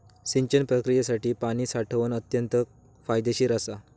सिंचन प्रक्रियेसाठी पाणी साठवण अत्यंत फायदेशीर असा